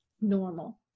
normal